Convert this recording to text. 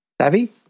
Savvy